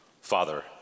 Father